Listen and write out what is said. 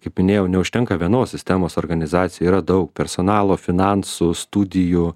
kaip minėjau neužtenka vienos sistemos organizacijoj yra daug personalo finansų studijų